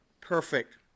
perfect